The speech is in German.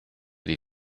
die